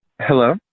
Hello